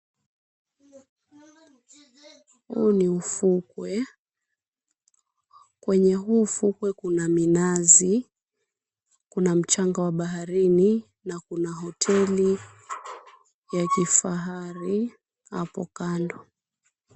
Huu ni ufukwe, kwenye huu ufukwe kuna minazi, kuna mchanga wa baharini na kuna hoteli ya kifahari hapo kando.